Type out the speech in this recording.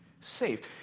saved